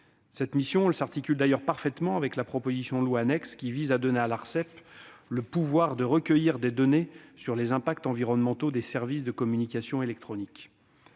Cette mission s'articule d'ailleurs parfaitement avec la proposition de loi annexe qui vise à donner à l'Arcep le pouvoir de recueillir des données sur les impacts environnementaux des services de communications électroniques.